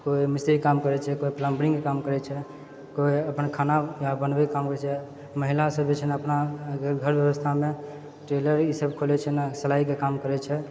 कोइ मिस्त्रीक काम करै छै कोइ प्लम्बरिङ्ग के काम करै छै कोइ अपन खाना बनबैके काम होइ छै महिला सब जे छै ने अपना अगर घर व्यवस्थामे टेलरिङ्ग ई सब खोलय छै ने सिलाइके काम करै छै